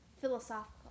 philosophical